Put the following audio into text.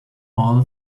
all